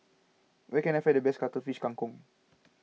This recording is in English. where can I find the best Cuttlefish Kang Kong